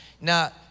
Now